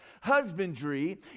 husbandry